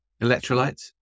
Electrolytes